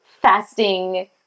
fasting